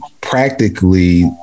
practically